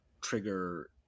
trigger